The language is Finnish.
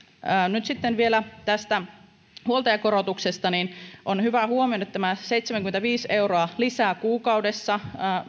nyt sitten vielä tästä huoltajakorotuksesta on hyvä huomioida tämä seitsemänkymmentäviisi euroa lisää kuukaudessa